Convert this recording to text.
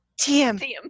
TM